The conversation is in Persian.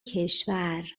کشور